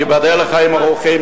וייבדל לחיים ארוכים,